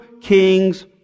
king's